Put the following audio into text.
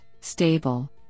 stable